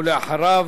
ואחריו,